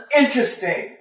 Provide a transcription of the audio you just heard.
interesting